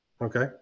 Okay